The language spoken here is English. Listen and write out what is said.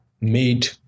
made